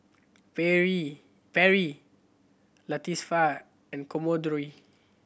Perri Latifah and Commodore